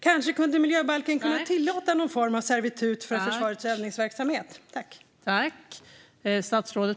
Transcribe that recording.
Kanske skulle miljöbalken kunna tillåta någon form av servitut för försvarets övningsverksamhet?